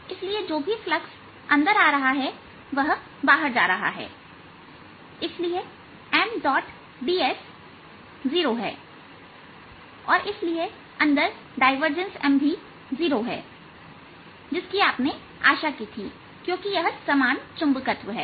इसलिए जो भी फ्लक्स अंदर आ रहा है वह बाहर जा रहा है इसलिए Mds 0 है और इसलिए अंदर डायवर्जेंस M जीरो है जिसकी आपने आशा की थी क्योंकि यह समान चुंबकत्व है